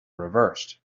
reversed